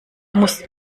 musst